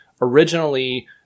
originally